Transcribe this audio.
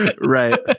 right